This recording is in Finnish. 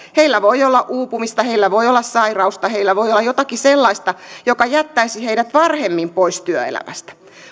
heillä voi olla uupumista heillä voi olla sairautta heillä voi olla jotakin sellaista mikä jättäisi heidät varhemmin pois työelämästä